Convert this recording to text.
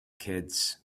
kids